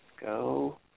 go